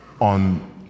on